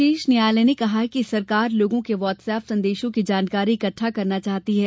शीर्ष न्यायालय ने कहा कि सरकार लोगों के वॉट्सएप संदेशों की जानकारी इकट्ठा करना चाहती है